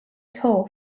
tour